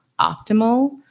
optimal